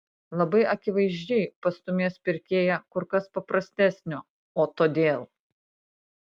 labai akivaizdžiai pastūmės pirkėją kur kas paprastesnio o todėl